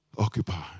occupy